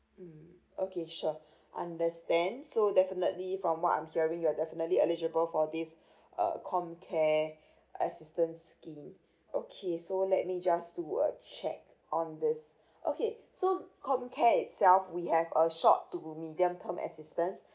mmhmm okay sure understand so definitely from what I'm hearing you're definitely eligible for this uh comcare assistance scheme okay so let me just do a check on this okay so comcare itself we have a short to medium term assistance